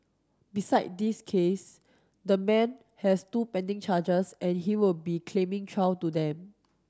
beside this case the man has two pending charges and he will be claiming trial to them